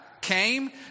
came